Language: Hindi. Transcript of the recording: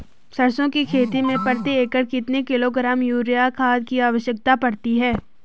सरसों की खेती में प्रति एकड़ कितने किलोग्राम यूरिया खाद की आवश्यकता पड़ती है?